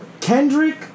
Kendrick